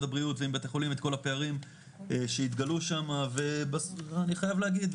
הבריאות ועם בית החולים את כל הפערים שהתגלו שמה ואני חייב להגיד,